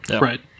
Right